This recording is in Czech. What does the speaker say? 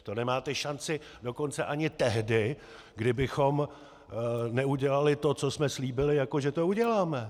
To nemáte šanci dokonce ani tehdy, kdybychom neudělali to, co jsme slíbili, jako že to uděláme.